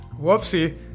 whoopsie